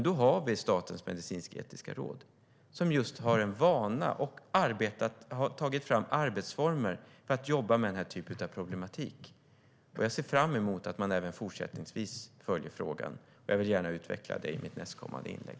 Då har vi dock Statens medicinsk-etiska råd, som just har en vana av att jobba med den här typen av problematik och har tagit fram arbetsformer för det. Jag ser fram emot att man även fortsättningsvis följer frågan, och jag vill gärna utveckla det i mitt nästkommande inlägg.